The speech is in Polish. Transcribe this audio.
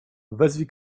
wezwij